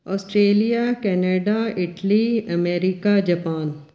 Australia Canada Italy America Japan